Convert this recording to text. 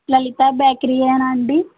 లలితా బేకరీయేనా అండి